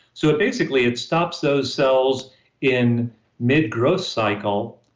so, basically, it stops those cells in mid-growth cycle,